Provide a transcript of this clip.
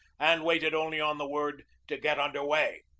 and waited only on the word to get under way.